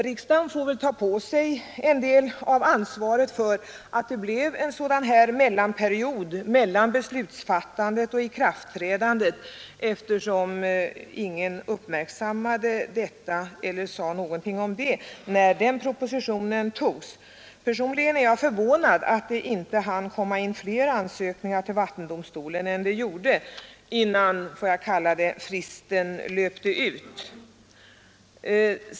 Riksdagen får väl ta på sig en del av ansvaret för att det blev en sådan mellanperiod mellan beslutsfattandet och ikraftträdandet, eftersom ingen uppmärksammade detta eller sade någonting om det när den propositionen framlades. Personligen är jag förvånad över att det inte hann komma in flera ansökningar till vattendomstolen än det gjorde innan fristen löpte ut.